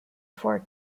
four